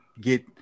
get